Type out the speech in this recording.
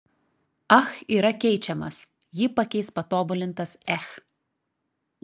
ach yra keičiamas jį pakeis patobulintas ech